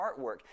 artwork